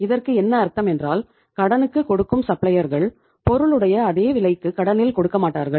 இதற்கு என்ன அர்த்தம் என்றால் கடனுக்கு கொடுக்கும் சப்ளையர்கள் பொருளுடைய அதே விலைக்கு கடனில் கொடுக்க மாட்டார்கள்